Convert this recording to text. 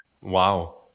Wow